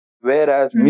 Whereas